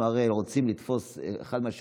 הרי אם אנחנו רוצים לתפוס אחד מהשירותים,